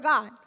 God